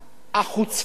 החוצפה